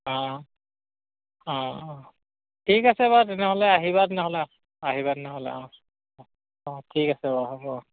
অঁ অঁ অঁ ঠিক আছে বাৰু তেনেহ'লে আহিবাদ নহ'লে আহিবাদ নহ'লে অঁ অঁ অঁ ঠিক আছে বাৰু হ'ব